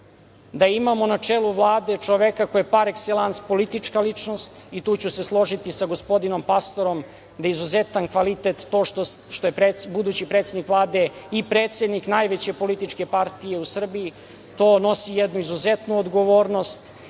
da imamo na čelu Vlade čoveka koji je par ekselans politička ličnost i tu ću se složiti sa gospodinom Pastorom da je izuzetan kvalitet to što je budući predsednik Vlade i predsednik najveće političke partije u Srbiji. To nosi jednu izuzetnu odgovornost